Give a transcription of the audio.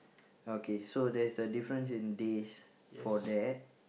okay so there's a difference in days for that